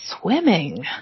Swimming